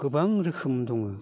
गोबां रोखोम दङ